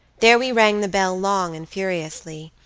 there we rang the bell long and furiously.